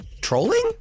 trolling